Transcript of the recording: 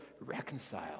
reconcile